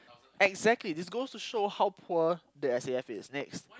exactly this goes to show how poor the S_A_F is next